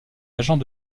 agent